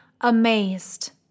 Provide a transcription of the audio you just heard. amazed